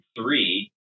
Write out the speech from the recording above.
three